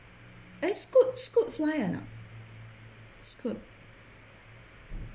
eh scoot scoot fly or not scoot